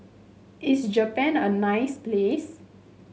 is Japan a nice place